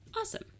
Awesome